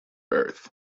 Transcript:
earth